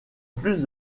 plus